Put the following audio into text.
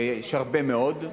ויש הרבה מאוד.